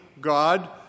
God